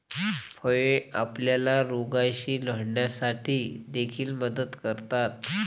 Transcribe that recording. फळे आपल्याला रोगांशी लढण्यासाठी देखील मदत करतात